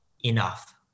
enough